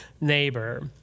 neighbor